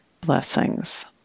Blessings